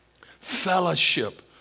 fellowship